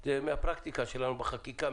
זה מהפרקטיקה שלנו בחקיקה.